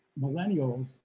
millennials